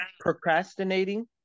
procrastinating